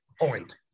point